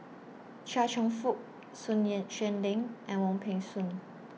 Chia Cheong Fook Sun Xueling and Wong Peng Soon